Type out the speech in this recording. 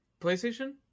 PlayStation